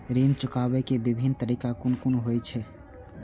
ऋण चुकाबे के विभिन्न तरीका कुन कुन होय छे?